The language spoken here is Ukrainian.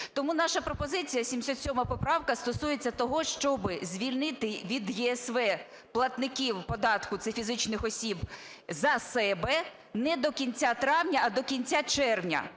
Тому наша пропозиція, 77 поправка, стосується того, щоб звільнити від ЄСВ платників податку – це фізичних осіб - за себе не до кінця травня, а до кінця червня.